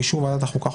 באישור ועדת החוקה,